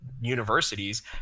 universities